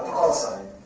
outside